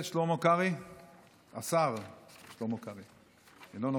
השר שלמה קרעי, אינו נוכח.